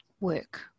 work